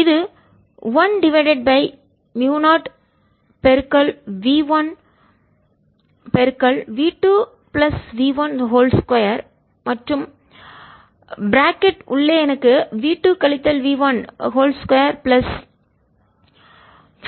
இது 1 divided by mu 0v1 v 2 plus v 1 2 மற்றும் bracket உள்ளே எனக்கு v2 கழித்தல் v1 2 பிளஸ்